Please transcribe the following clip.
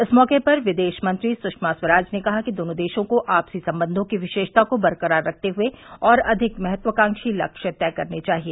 इस मौके पर विदेश मंत्री सुषमा स्वराज ने कहा कि दोनों देशों को आपसी संबंधों की विशेषता को बरकरार रखते हए और अधिक महत्वाकांक्षी लक्ष्य तय करने चाहिए